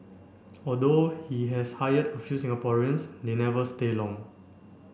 although he has hired a few Singaporeans they never stay long